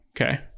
okay